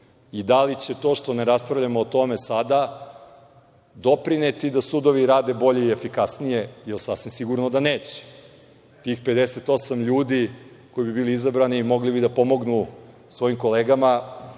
Da li će to što ne raspravljamo o tome sada doprineti da sudovi rade bolje i efikasnije, jer je sasvim sigurno da neće. Tih 58 ljudi koji bi bili izabrani mogli bi da pomognu svojim kolegama